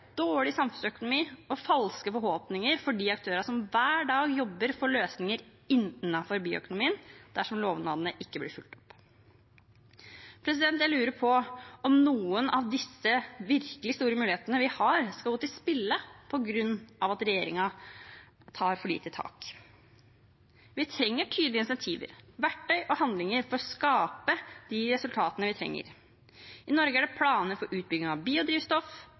dårlig samfunnsøkonomi og falske forhåpninger for de aktørene som hver dag jobber for løsninger innenfor bioøkonomien, dersom lovnadene ikke blir fulgt opp. Jeg lurer på om noen av disse virkelig store mulighetene vi har, skal gå til spille på grunn av at regjeringen tar for lite tak. Vi trenger tydelige incentiver, verktøy og handlinger for å skape de resultatene vi trenger. I Norge er det planer for utbygging av biodrivstoff,